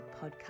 podcast